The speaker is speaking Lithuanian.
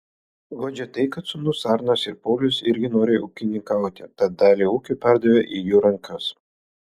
guodžia tai kad sūnūs arnas ir paulius irgi nori ūkininkauti tad dalį ūkio perdavė į jų rankas